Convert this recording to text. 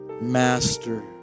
master